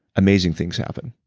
amazing things happen.